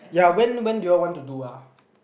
ya when when do you all want to do ah